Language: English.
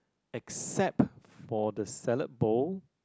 except for the salad bowl